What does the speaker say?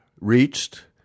reached